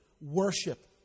worship